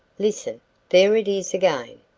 listen there it is again.